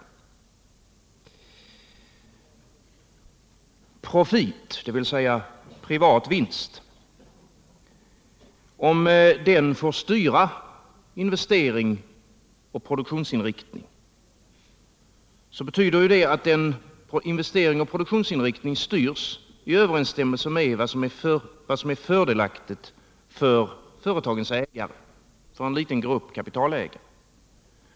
Om profiten, dvs. den privata vinsten, får styra investeringar och produktionsinriktning, så innebär det en styrning i överensstämmelse med vad som är fördelaktigt för företagens ägare, en liten grupp kapitalägare.